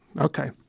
Okay